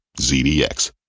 ZDX